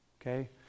Okay